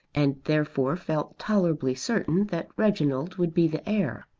and therefore felt tolerably certain that reginald would be the heir.